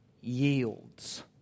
yields